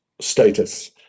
status